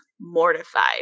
mortified